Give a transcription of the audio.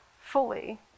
fully